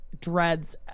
dreads